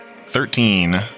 Thirteen